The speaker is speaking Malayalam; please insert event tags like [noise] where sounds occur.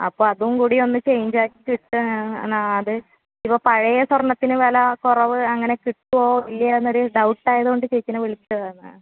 അപ്പോൾ അതും കൂടി ഒന്ന് ചെയ്ഞ്ച് ആക്കി കിട്ടാൻ [unintelligible] ഇപ്പോൾ പഴയ സ്വർണത്തിന് വില കുറവ് അങ്ങനെ കിട്ടുമോ ഇല്ലയോ എന്ന് ഒരു ഡൗട്ടായത് കൊണ്ട് ചേച്ചിനെ വിളിച്ചതാണ് ആ